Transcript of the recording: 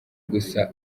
gusa